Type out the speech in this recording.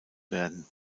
werden